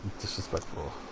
Disrespectful